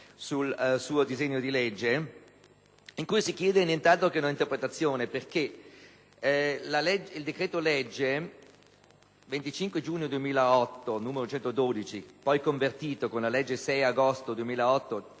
del decreto-legge 25 giugno 2008, n.112, convertito dalla legge 6 agosto 2008,